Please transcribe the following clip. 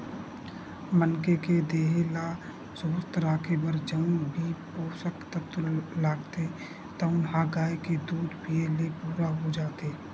मनखे के देहे ल सुवस्थ राखे बर जउन भी पोसक तत्व लागथे तउन ह गाय के दूद पीए ले पूरा हो जाथे